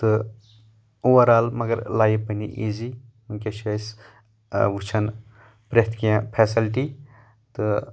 تہٕ overall مگر life بنٛے ایٖزی وُنکیٚس چھِ أسۍ وٕچھان پرٛٮ۪تھ کینٛہہ فٮ۪سلٹی تہٕ